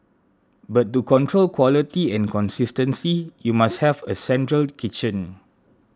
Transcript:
but to control quality and consistency you must have a central kitchen